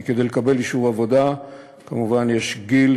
כי כדי לקבל אישור עבודה כמובן יש גיל,